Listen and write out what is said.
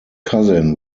cousin